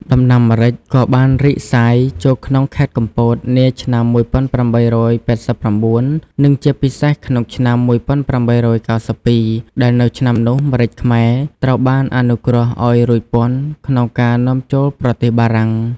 ដំណាំម្រេចក៏បានរីកសាយ ចូលក្នុងខេត្តកំពត នាឆ្នាំ១៨៨៩ និងជាពិសេសក្នុងឆ្នាំ១៨៩២ ដែលនៅឆ្នាំនោះ ម្រេចខ្មែរ ត្រូវបានអនុគ្រោះឱ្យរួចពន្ធក្នុងការនាំចូលប្រទេសបារាំង។